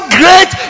great